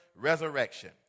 resurrection